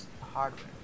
hardware